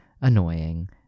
annoying